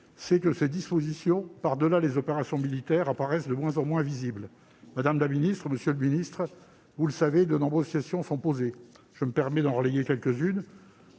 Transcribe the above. c'est que ces dispositions, par-delà les opérations militaires, sont de moins en moins visibles. Madame la ministre, monsieur le ministre, vous le savez, de nombreuses questions sont posées. Je me permets d'en relayer quelques-unes.